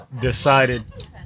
decided